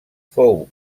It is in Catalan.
fou